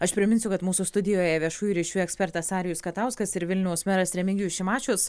aš priminsiu kad mūsų studijoje viešųjų ryšių ekspertas arijus katauskas ir vilniaus meras remigijus šimašius